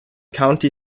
county